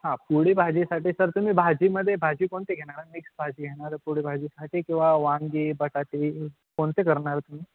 हां पोळीभाजीसाठी सर तुम्ही भाजीमध्ये भाजी कोणती घेणार आहात मिक्स भाजी घेणार पोळी भाजीसाठी किंवा वांगी बटाटी कोणते करणार आहात तुम्ही